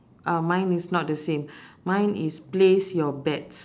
uh mine is not the same mine is place your bets